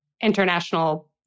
international